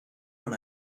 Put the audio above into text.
when